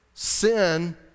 Sin